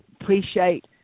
appreciate